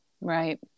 right